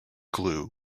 glue